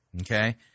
Okay